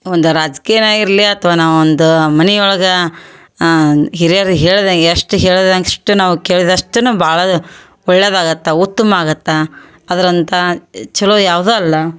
ಒಂದು ರಾಜ್ಕೀಯನೇ ಆಗಿರಲಿ ಅಥವಾ ನಾ ಒಂದು ಮನೆಯೊಳಗ ಹಿರಿಯರು ಹೇಳ್ದಾಗ ಎಷ್ಟು ಹೇಳಿದಷ್ಟು ನಾವು ಕೇಳಿದಷ್ಟು ಭಾಳ ಒಳ್ಳೇದು ಆಗತ್ತೆ ಉತ್ತಮ ಆಗತ್ತೆ ಅದರಂಥ ಚೊಲೋ ಯಾವ್ದೂ ಅಲ್ಲ